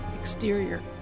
Exterior